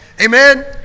Amen